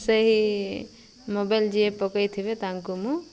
ସେହି ମୋବାଇଲ୍ ଯିଏ ପକେଇଥିବେ ତାଙ୍କୁ ମୁଁ